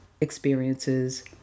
experiences